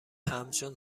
همچون